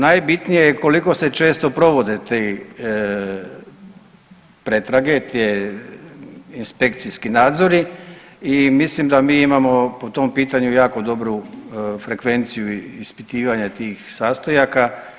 Najbitnije je koliko se često provode te pretrage, te inspekcijski nadzori i mislim da mi imamo po tom pitanju jako dobru frekvenciju ispitivanja tih sastojaka.